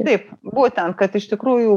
taip būtent kad iš tikrųjų